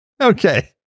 Okay